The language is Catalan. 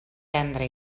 prendre